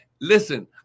listen